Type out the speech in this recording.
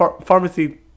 Pharmacy